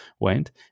went